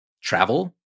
travel